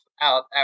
out